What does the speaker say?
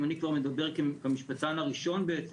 אני כאן מדבר כמשפטן הראשון בעצם,